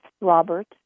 Robert